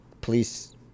Police